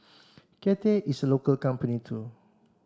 Cathay is a local company too